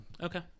okay